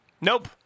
Nope